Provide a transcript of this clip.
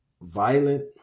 violent